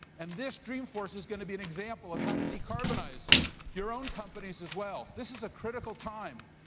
and this dreamforce is gonna be an example of how to decarbonize your own companies as well. this is a critical time,